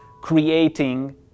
creating